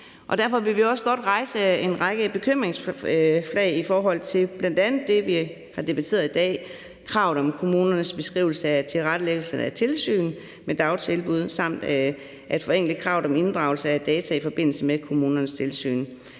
Derfor vil vi også godt hejse en række bekymringsflag i forhold til bl.a. det, vi har debatteret i dag, nemlig kravet om kommunernes beskrivelse af tilrettelæggelsen af tilsynet med dagtilbud samt det at forenkle kravet om inddragelse af data i forbindelse med kommunernes tilsyn.